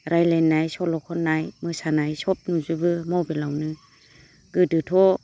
रायज्लायनाय सल' खननाय मोसानाय सब नुजोबो मबाइलआवनो गोदोथ'